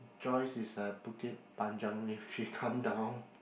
Joyce is at Bukit-panjang then she come down